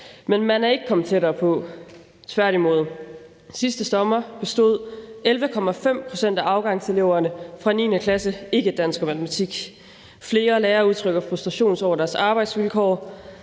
Men man er ikke kommet tættere på, tværtimod. Sidste sommer bestod 11,5 pct. af afgangseleverne fra 9. klasse ikke dansk og matematik. Flere lærere udtrykker frustration over deres arbejdsvilkår